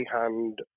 hand